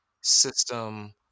system